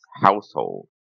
household